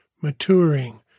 maturing